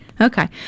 Okay